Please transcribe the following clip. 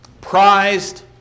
prized